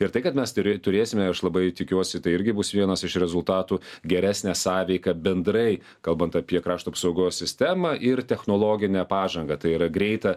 ir tai kad mes turė turėsime aš labai tikiuosi tai irgi bus vienas iš rezultatų geresnę sąveiką bendrai kalbant apie krašto apsaugos sistemą ir technologinę pažangą tai yra greitą